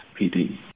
PD